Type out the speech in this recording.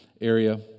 area